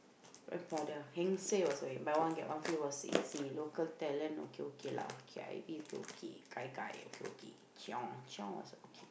wait for the heng-suay buy one get one free was easy local talent okay okay lah K_I_V okay okay gai-gai okay okay keong keong was okay